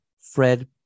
Fred